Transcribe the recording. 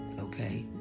Okay